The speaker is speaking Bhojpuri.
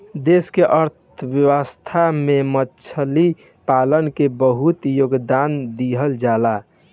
देश के अर्थव्यवस्था में मछली पालन के बहुत योगदान दीहल जाता